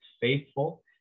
faithful